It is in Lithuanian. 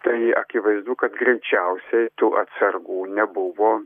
tai akivaizdu kad greičiausiai tų atsargų nebuvo